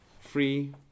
free